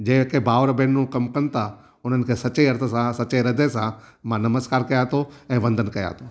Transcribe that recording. जेके भाउर भेनरू क़मु कनि था उन्हनि खे सचे अर्थ सां सचे इरादे सां मां नमस्कार कयां थो ऐं वंदन कयां थो